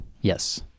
Yes